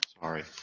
Sorry